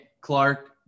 Clark